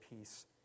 peace